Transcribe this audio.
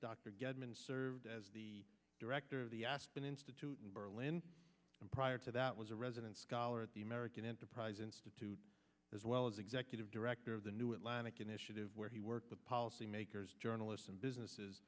gedmin served as the director of the aspen institute in berlin and prior to that was a resident scholar at the american enterprise institute as well as executive director of the new atlantic initiative where he works with policy makers journalists and businesses